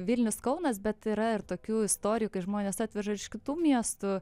vilnius kaunas bet yra ir tokių istorijų kai žmonės atveža ir iš kitų miestų